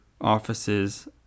offices